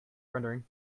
rendering